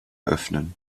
öffnen